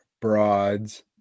broads